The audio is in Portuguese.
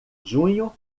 junho